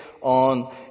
on